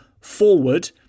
forward